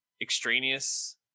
extraneous